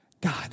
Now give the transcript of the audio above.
God